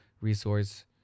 resource